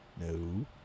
no